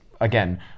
again